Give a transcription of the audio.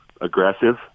aggressive